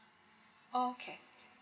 okay